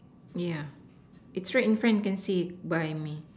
ya it's right in front you can see buy me